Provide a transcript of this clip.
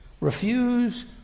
Refuse